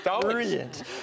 Brilliant